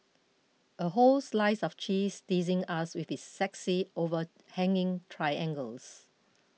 a whole slice of cheese teasing us with its sexy overhanging triangles